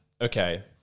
okay